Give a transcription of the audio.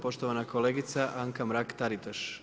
Poštovana kolegica Anka Mrak-Taritaš.